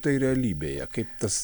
tai realybėje kaip tas